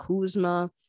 Kuzma